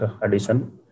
addition